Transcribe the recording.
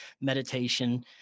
meditation